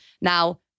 Now